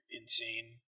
insane